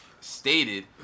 stated